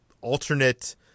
alternate